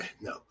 no